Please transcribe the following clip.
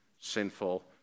sinful